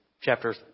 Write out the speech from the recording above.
chapter